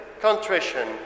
contrition